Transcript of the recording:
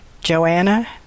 Joanna